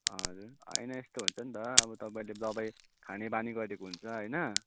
हजुर होइन यस्तो हुन्छ नि त अब तपाईँले दवाई खाने बानी गरेको हुन्छ होइन